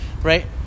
right